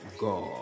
God